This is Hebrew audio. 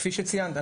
כפי שציינת,